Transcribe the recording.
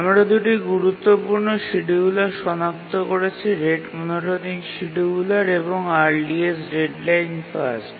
আমরা দুটি গুরুত্বপূর্ণ শিডিয়ুলার সনাক্ত করেছি রেট মনোটোনিক শিডিয়ুলার এবং আর্লিয়েস্ট ডেডলাইন ফার্স্ট